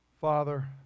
Father